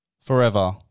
forever